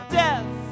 death